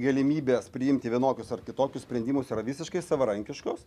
galimybės priimti vienokius ar kitokius sprendimus yra visiškai savarankiškos